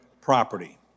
property